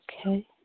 Okay